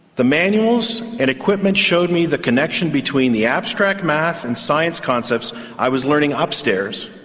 the manuals and equipment showed me the connection between the abstract math and science concepts i was learning ah upstairs,